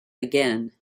again